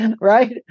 right